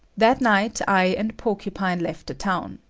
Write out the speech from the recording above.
that night i and porcupine left the town.